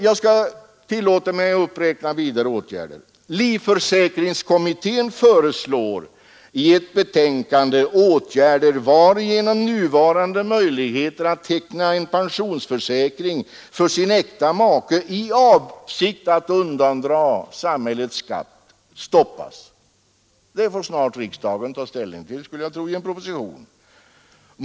Jag tillåter mig uppräkna vidare åtgärder: make i avsikt att undandra samhället skatt, stoppas. De åtgärderna torde riksdagen snart få ta ställning till genom en proposition.